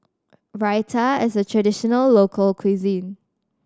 raita is a traditional local cuisine